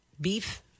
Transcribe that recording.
beef